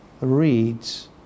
reads